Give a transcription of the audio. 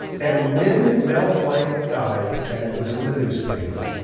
and when mel blanc died and it was in the newspaper,